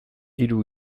hiru